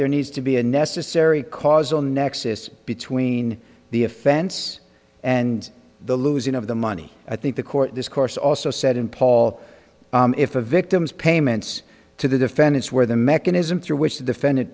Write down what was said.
there needs to be a necessary causal nexus between the offense and the losing of the money i think the court discourse also said in paul if the victims payments to the defendants were the mechanism through which the defendant